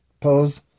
pose